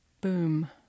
Boom